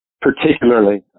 particularly